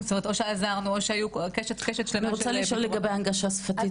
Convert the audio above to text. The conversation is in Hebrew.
או שעזרנו או שהיו --- אני רוצה לשאול לגבי הנגשה שפתית ותרבות.